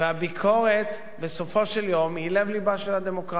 והביקורת בסופו של יום היא לב לבה של הדמוקרטיה,